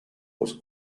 was